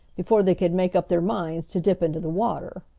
before they could make up their minds to dip into the water.